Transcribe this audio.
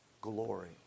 glory